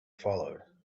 followed